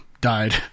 died